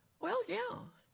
well, yeah,